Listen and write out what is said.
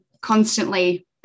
constantly